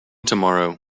tomorrow